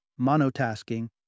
monotasking